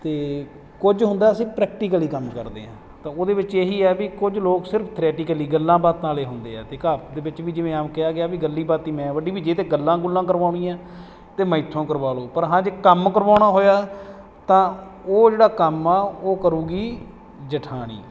ਅਤੇ ਕੁਝ ਹੁੰਦਾ ਅਸੀਂ ਪ੍ਰੈਕਟੀਕਲੀ ਕੰਮ ਕਰਦੇ ਹਾਂ ਤਾਂ ਉਹਦੇ ਵਿੱਚ ਇਹੀ ਹੈ ਵੀ ਕੁਝ ਲੋਕ ਸਿਰਫ ਥਰੈਟਿਕਲੀ ਗੱਲਾਂ ਬਾਤਾਂ ਵਾਲੇ ਹੁੰਦੇ ਹੈ ਅਤੇ ਘਰ ਦੇ ਵਿੱਚ ਵੀ ਜਿਵੇਂ ਆਮ ਕਿਹਾ ਗਿਆ ਵੀ ਗੱਲੀ ਬਾਤੀਂ ਮੈਂ ਵੱਡੀ ਵੀ ਜੇ ਤਾਂ ਗੱਲਾਂ ਗੁੱਲਾਂ ਕਰਵਾਉਣੀਆਂ ਤਾਂ ਮੇਰੇ ਤੋਂ ਕਰਵਾ ਲਓ ਪਰ ਹਾਂ ਜੇ ਕੰਮ ਕਰਵਾਉਣਾ ਹੋਇਆ ਤਾਂ ਉਹ ਜਿਹੜਾ ਕੰਮ ਆ ਉਹ ਕਰੇਗੀ ਜੇਠਾਣੀ